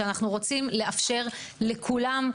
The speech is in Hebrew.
שאנחנו רוצים לאפשר לכולם,